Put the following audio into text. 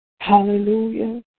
Hallelujah